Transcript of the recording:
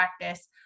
practice